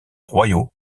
royaux